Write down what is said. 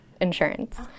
insurance